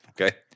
Okay